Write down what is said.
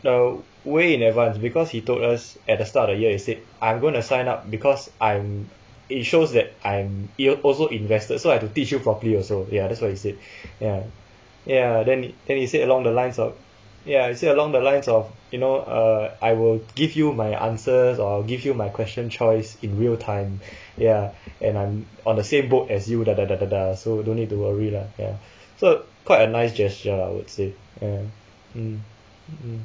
uh way in advance because he told us at the start of the year he said I'm gonna sign up because I'm it shows that I'm it also invested so I have to teach you properly also ya that's what he said ya ya then then he said along the lines of ya he said along the lines of you know err I will give you my answers or I'll give you my question choice in real time ya and I'm on the same boat as you so don't need to worry lah ya so quite a nice gesture I would say